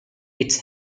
its